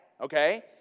okay